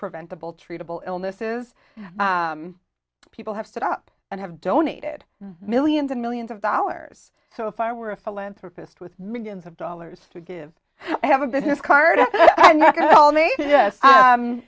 preventable treatable illnesses people have stood up and have donated millions and millions of dollars so if i were a philanthropist with millions of dollars to give i have a business card